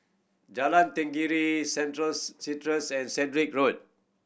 Jalan Tenggiri Centrals Centrals and Road